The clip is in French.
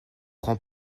grand